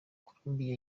colombia